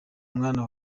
mwana